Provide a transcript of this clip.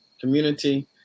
community